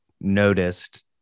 noticed